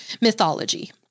mythology